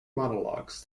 monologues